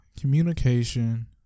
communication